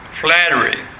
flattery